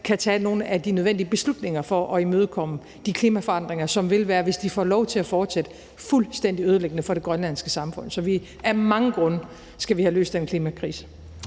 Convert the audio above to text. kan tage nogle af de nødvendige beslutninger for at imødekomme de klimaforandringer, som, hvis de får lov til at fortsætte, vil være fuldstændig ødelæggende for det grønlandske samfund. Så af mange grunde skal vi have løst den klimakrise.